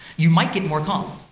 you might get more calm.